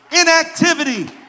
inactivity